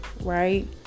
right